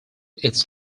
its